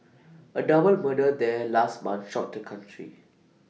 A double murder there last month shocked the country